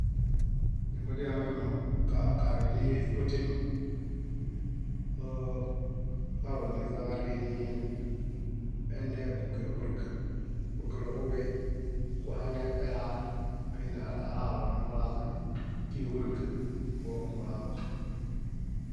Źemodehamemaŋ, ka- karii nii butieŋ óo kaɭo niźaġarii nii ene kugiroġuriga. Kugiroġuḃey kuhaŋeelaa kaini alalo numulaaźani. Kíiġuriga kulalus.